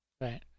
Right